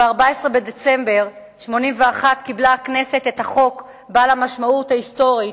ב-14 בדצמבר 1981 קיבלה הכנסת את החוק בעל המשמעות ההיסטורית,